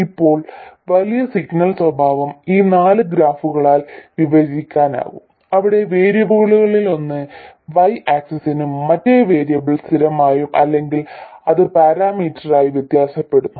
ഇപ്പോൾ വലിയ സിഗ്നൽ സ്വഭാവം ഈ നാല് ഗ്രാഫുകളാൽ വിവരിക്കാനാകും അവിടെ വേരിയബിളുകളിലൊന്ന് x ആക്സിസിലും മറ്റേ വേരിയബിൾ സ്ഥിരമായും അല്ലെങ്കിൽ അത് പരാമീറ്ററായി വ്യത്യാസപ്പെടുന്നു